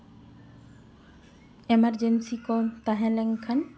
emergency ᱠᱚ ᱛᱟᱦᱮᱸ ᱞᱮᱱᱠᱷᱟᱱ